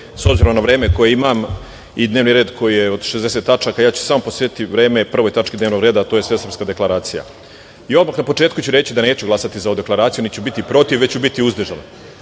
s obzirom na vreme koje imam i dnevni red koji je od 60 tačka, ja ću samo posvetiti vreme prvoj tački dnevnog reda, a to je Svesrpska deklaracija. Odmah na početku ću reći da neću glasati za ovu deklaraciju, niti ću bit protiv, već ću biti uzdržan,